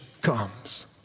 comes